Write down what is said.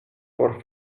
por